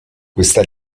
questa